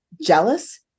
jealous